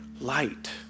light